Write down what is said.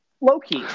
Loki